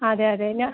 അതെ അതെ ഞാ